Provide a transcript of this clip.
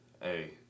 Hey